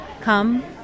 come